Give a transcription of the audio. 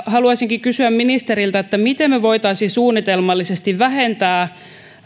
haluaisinkin kysyä ministeriltä miten me voisimme suunnitelmallisesti vähentää